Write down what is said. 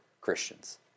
Christians